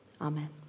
Amen